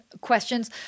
questions